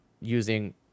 using